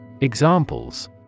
Examples